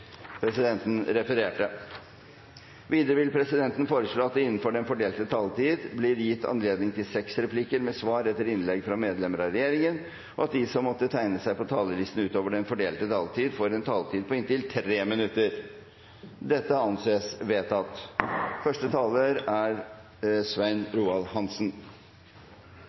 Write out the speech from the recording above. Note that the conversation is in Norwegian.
presidenten foreslå at det blir gitt anledning til seks replikker med svar etter innlegg fra medlemmer av regjeringen innenfor den fordelte taletid, og at de som måtte tegne seg på talerlisten utover den fordelte taletid, får en taletid på inntil 3 minutter. – Det anses vedtatt.